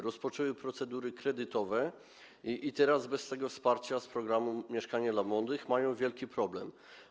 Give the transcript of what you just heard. Rozpoczęły procedury kredytowe i teraz bez tego wsparcia z programu „Mieszkanie dla młodych” mają wielki problem.